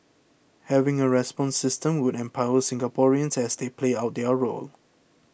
having a response system would empower Singaporeans as they play out their role